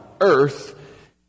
earth